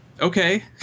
okay